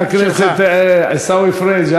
חבר הכנסת עיסאווי פריג',